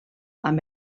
amb